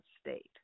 state